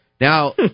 Now